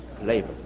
Labor